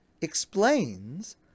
explains